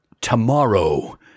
Tomorrow